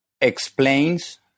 explains